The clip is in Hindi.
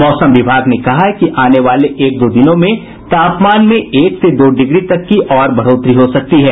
मौसम विभाग ने कहा है कि आने वाले एक दो दिनों में तापमान में एक से दो डिग्री तक की और बढ़ोतरी हो सकती है